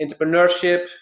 entrepreneurship